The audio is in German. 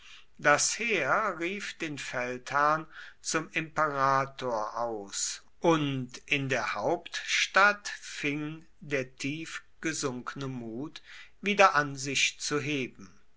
das heer rief den feldherrn zum imperator aus und in der hauptstadt fing der tief gesunkene mut wieder an sich zu heben